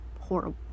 horrible